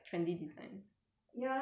ya I think they do